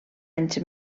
anys